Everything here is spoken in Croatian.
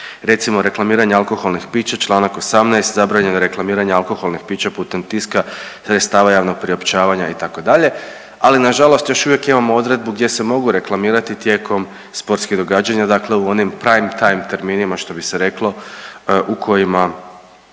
Recimo reklamiranja alkoholnih pića članak 18., zabranjeno reklamiranje alkoholnih pića putem tiska, sredstava javnog priopćavanja itd. Ali na žalost još uvijek imamo odredbu gdje se mogu reklamirati tijekom sportskih događanja, dakle u onim prime time terminima što bi se reklo u kojima